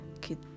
kid